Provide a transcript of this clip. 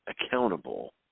accountable